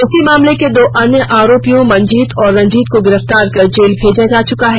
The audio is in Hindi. इसी मामले के दो अन्य आरोपियों मनजीत एवं रंजीत को गिरफ्तार कर जेल भेजा जा चुका है